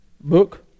book